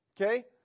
Okay